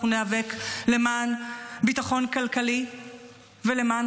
אנחנו ניאבק למען ביטחון כלכלי ולמען